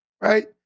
Right